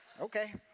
Okay